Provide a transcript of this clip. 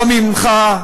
לא ממך,